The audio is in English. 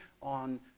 on